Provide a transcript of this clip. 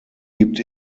gibt